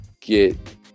get